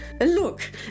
Look